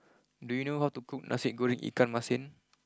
do you know how to cook Nasi Goreng Ikan Masin